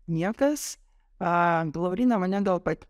niekas a lauryna mane do pat